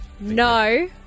No